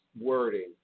wording